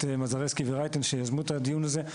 מזרסקי ורייטן שיזמו את הדיון הזה.